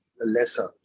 lesser